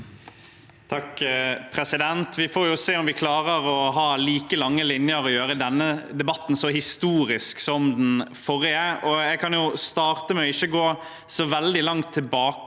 (SV) Vi får se om vi klarer å ha like lange linjer og gjøre denne debatten så historisk som den forrige. Jeg kan starte med å gå ikke så veldig langt tilbake